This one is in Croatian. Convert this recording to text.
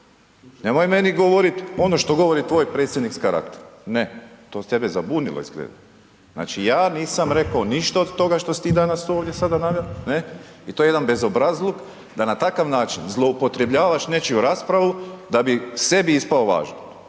Nemoj meni govorit ono što govori tvoj predsjednik s karakterom, ne to je tebe zabunilo izgleda. Znači, ja nisam rekao ništa od toga što si ti danas ovdje sada naveo, ne i to je jedan bezobrazluk da na takav način zloupotrebljavaš nečiju raspravu da bi sebi ispao važan.